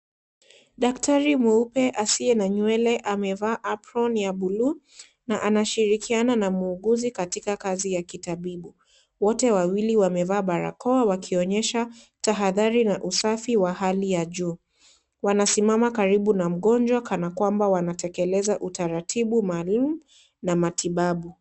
Daktari mweupe asiye na nywele amevaa aproni ya buluu na anashirikiana na muuguzi katika kazi ya kitaibu, wote wawili wamevaa barakoa kuonyesha tahadhari na usafi wa hali ya juu wamesimama karibu na mgonjwa kana kwamba wanatekeleza utaratibu maalum na matibabu.